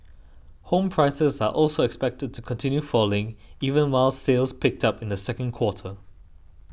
home prices are also expected to continue falling even while sales picked up in the second quarter